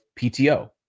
PTO